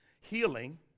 healing